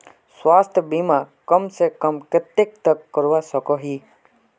स्वास्थ्य बीमा कम से कम कतेक तक करवा सकोहो ही?